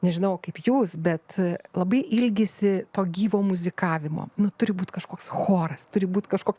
nežinau kaip jūs bet labai ilgisi to gyvo muzikavimo nu turi būti kažkoks choras turi būti kažkoks